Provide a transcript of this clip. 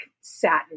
satin